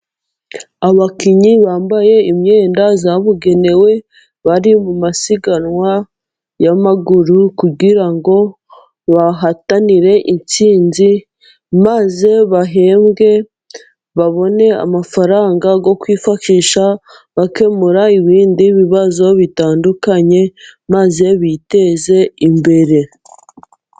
Abakinnyi bambaye imyenda yabugenewe, bari mu masiganwa y'amaguru kugira ngo bahatanire intsinzi, maze bahebwe, babone amafaranga yo kwifashisha bakemura ibindi bibazo bitandukanye, maze biteze imbere.